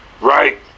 Right